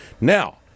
Now